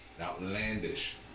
Outlandish